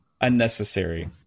unnecessary